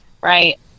right